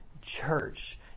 church